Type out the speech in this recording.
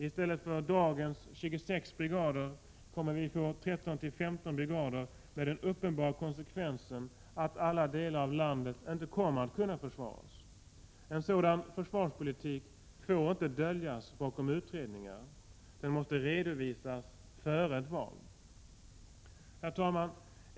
I stället för dagens 26 brigader kommer vi att få 13-15 brigader, med den uppenbara konsekvensen att inte alla delar av landet kommer att kunna försvaras. En sådan försvarspolitik får inte döljas bakom utredningar, den måste redovisas före ett val. Herr talman!